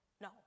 No